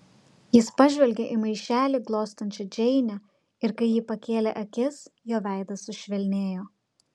jis pažvelgė į maišelį glostančią džeinę ir kai ji pakėlė akis jo veidas sušvelnėjo